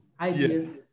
idea